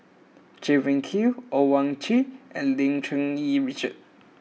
Chay Weng Yew Owyang Chi and Lim Cherng Yih Richard